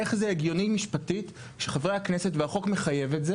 איך זה הגיוני משפטית שהחוק מחייב את זה